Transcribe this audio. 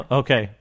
okay